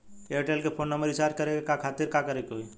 Airtel के phone number recharge करे के खातिर का करे के होई?